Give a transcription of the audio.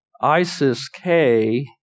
ISIS-K